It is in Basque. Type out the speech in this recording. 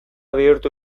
bihurtu